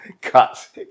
cuts